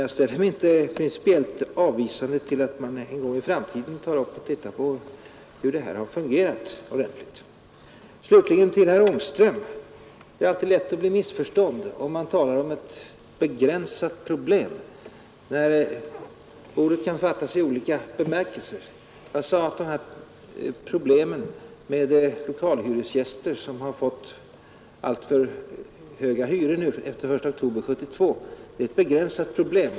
Jag ställer mig inte principiellt avvisande till att man en gång i framtiden ordentligt undersöker hur det här har fungerat. Slutligen vill jag säga till herr Ångström att det är alltid lätt att bli missförstådd, om man talar om ett begränsat problem, när ordet kan fattas i olika bemärkelser. Jag sade att problemet med lokalhyresgäster som har fått alltför höga hyror efter den 1 oktober 1972 är ett begränsat problem.